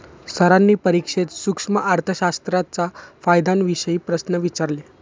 सरांनी परीक्षेत सूक्ष्म अर्थशास्त्राच्या फायद्यांविषयी प्रश्न विचारले